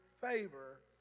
favor